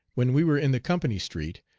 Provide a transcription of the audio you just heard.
when we were in the company street,